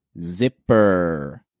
zipper